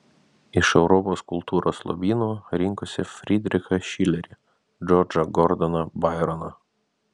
iš europos kultūros lobyno rinkosi fridrichą šilerį džordžą gordoną baironą